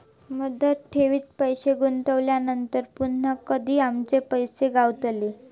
मुदत ठेवीत पैसे गुंतवल्यानंतर पुन्हा कधी आमचे पैसे गावतले?